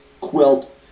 quilt